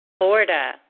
Florida